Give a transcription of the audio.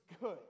good